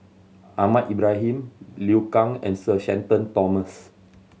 Ahmad Ibrahim Liu Kang and Sir Shenton Thomas